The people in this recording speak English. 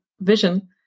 vision